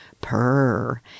purr